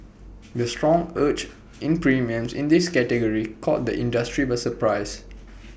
the strong surge in premiums in this category caught the industry by surprise